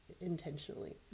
intentionally